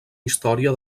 història